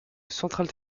central